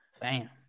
Bam